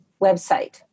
website